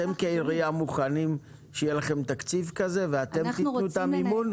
אתם כעירייה מוכנים שיהיה לכם תקציב כזה ואתם תיתנו את המימון?